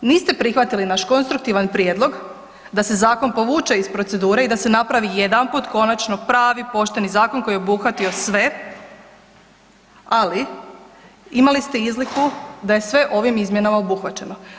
Niste prihvatili naš konstruktivan prijedlog da se zakon provuče iz procedure i da se napravi jedanput konačno pravi, pošten zakon koji bi obuhvatio sve, ali imali ste izliku da je sve ovim izmjenama obuhvaćeno.